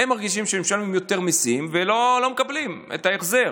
הם מרגישים שהם משלמים יותר מיסים ולא מקבלים את ההחזר.